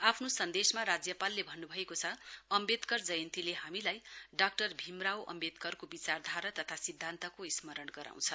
आफ्नो सन्देशमा राज्यपाल ले भन्नुभएको छ अम्वेदकर जयन्तीले हामीलाई डाक्टर भीम रावो अम्वेदकरको विचारधारा तथा सिध्दान्तको स्मरण गराउँछ